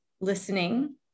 listening